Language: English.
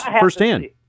firsthand